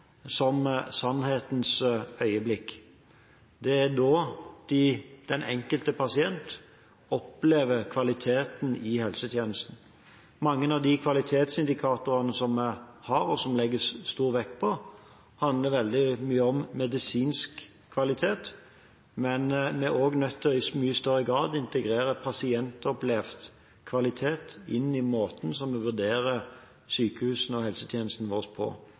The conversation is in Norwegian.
som sannhetens øyeblikk. Det er da den enkelte pasient opplever kvaliteten i helsetjenestene. Mange av de kvalitetsindikatorene som vi har, og som det legges stor vekt på, handler veldig mye om medisinsk kvalitet, men vi er også i mye større grad nødt til å integrere pasientopplevd kvalitet inn i måten vi vurderer sykehusene og helsetjenestene våre på.